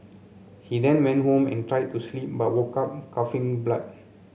he then went home and tried to sleep but woke up coughing blood